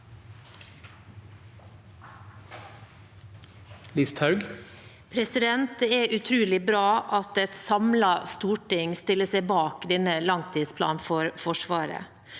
Det er utrolig bra at et samlet storting stiller seg bak denne langtidsplanen for Forsvaret.